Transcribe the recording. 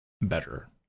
better